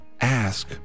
ask